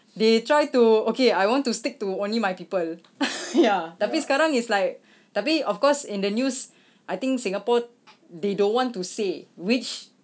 they try to okay I want to stick to only my people ya tapi sekarang is like tapi of course in the news I think singapore they don't want to say which